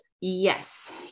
Yes